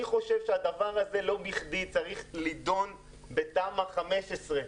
אני חושב שהדבר הזה לא בכדי צריך להידון בתמ"א 15,